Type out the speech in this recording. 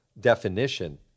Definition